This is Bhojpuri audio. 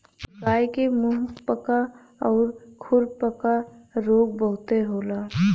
गाय के मुंहपका आउर खुरपका रोग बहुते होला